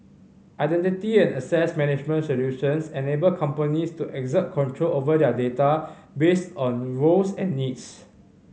identity and access management solutions enable companies to exert control over their data based on roles and needs